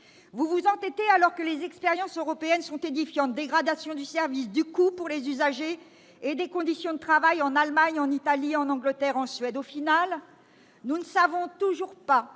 Vous vous entêtez, alors que les expériences européennes sont édifiantes : dégradation du service et du coût pour les usagers et dégradation des conditions de travail en Allemagne, en Italie, en Angleterre, en Suède ... Au final, nous ne savons toujours pas